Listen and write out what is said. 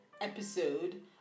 episode